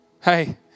Hey